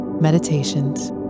meditations